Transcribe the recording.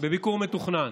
בביקור מתוכנן.